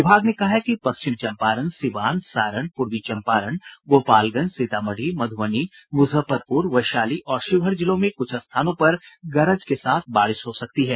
विभाग ने कहा है कि पश्चिम चंपारण सीवान सारण पूर्वी चंपारण गोपालगंज सीतामढ़ी मध्बनी मुजफ्फरपुर वैशाली और शिवहर जिलों में कुछ स्थानों पर गरज के साथ बारिश हो सकती है